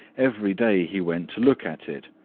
every day he went to look at it,